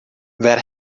wêr